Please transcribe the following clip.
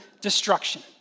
destruction